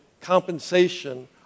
compensation